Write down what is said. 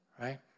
right